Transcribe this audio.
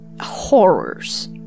horrors